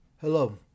Hello